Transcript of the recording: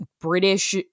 british